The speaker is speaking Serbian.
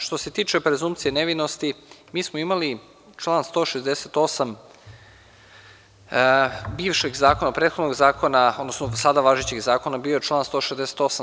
Što se tiče prezukcije nevinosti, mi smo imali član 168. bivšeg zakona, prethodnog zakona, odnosno sada važećeg zakona, član 168.